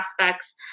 aspects